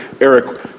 Eric